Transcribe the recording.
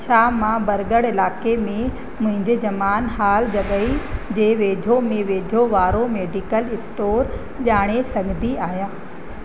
छा मां बरगढ़ इलाइक़े में मुंहिंजे ज़मानु हालु जॻहि जे वेझो में वेझो वारो मेडिकल स्टोर ॼाणे सघंदी आहियां